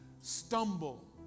stumble